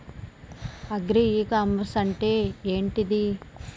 Agri e commerce అంటే ఏంటిది?